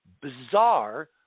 bizarre